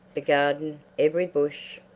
the garden, every bush,